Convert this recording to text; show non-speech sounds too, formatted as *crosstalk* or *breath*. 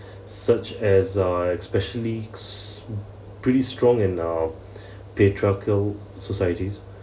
such as uh especially pretty strong in our *breath* patriarchal societies